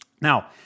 Now